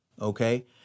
okay